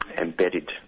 embedded